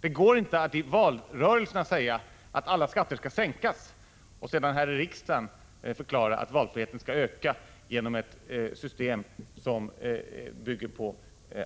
Det går inte att i valrörelserna säga att alla skatter skall sänkas och sedan här i riksdagen förklara att valfriheten skall öka genom ett system som bygger på